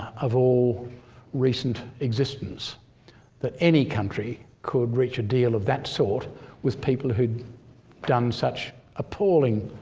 of all recent existence that any country could reach a deal of that sort with people who'd done such appalling,